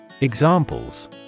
Examples